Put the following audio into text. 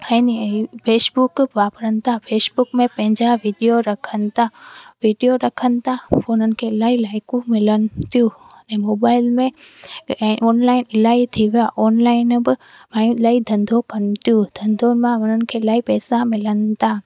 अन इहे फेशबुक वापरनि था फेशबुक में पंहिंजा वीडिओ रखनि था वीडिओ रखनि था उन्हनि खे इलाही लाइकूं मिलनि थियूं ऐं मोबाइल में ऐं ओनलाइन इलाही थी वियो आहे ओनलाइन बि मायूं इलाही धंधो कनि थियूं धंधे मां उन्हनि खे इलाही पैसा मिलनि था